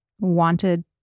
wanted